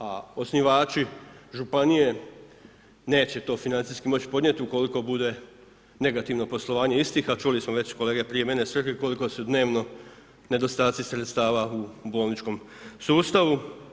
A osnivači županije neće to financijski moći podnijeti ukoliko bude negativno poslovanje istih, a čuli smo već kolege prije mene sve koliko su dnevno nedostaci sredstava u bolničkom sustavu.